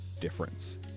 difference